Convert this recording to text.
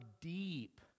deep